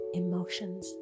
emotions